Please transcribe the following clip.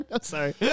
sorry